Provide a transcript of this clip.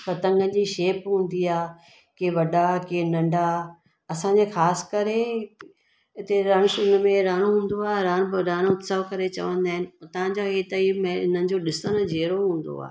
पतंग जी शेप हूंदी आहे की वॾा की नंढा असांजे ख़ासि करे हिते रण शिंग में रहण हूंदो आहे रण रण उत्सव करे चवंदा आहिनि उतां जो हिते ई मह हिननि जो ॾिसणु जहिड़ो हूंदो आहे